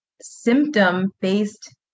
symptom-based